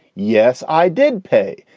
yes, i did pay.